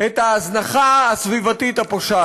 בשנת 2018-2017 יעלה הסכום המרבי של הקצבה